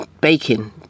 bacon